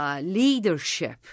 Leadership